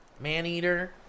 Maneater